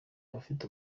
abafite